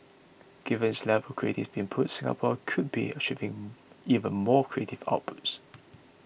given its level creative input Singapore could be achieving even more creative outputs